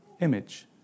image